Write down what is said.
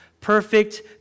perfect